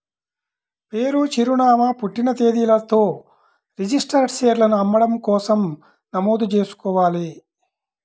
పేరు, చిరునామా, పుట్టిన తేదీలతో రిజిస్టర్డ్ షేర్లను అమ్మడం కోసం నమోదు చేసుకోవాలి